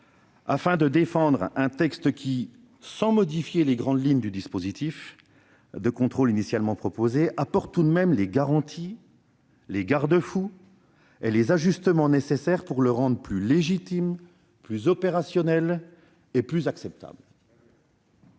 que je défends, s'il ne modifie pas les grandes lignes du dispositif de contrôle initialement proposé, apporte tout de même les garanties, les garde-fous et les ajustements nécessaires pour le rendre plus légitime, plus opérationnel et plus acceptable.